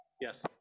Yes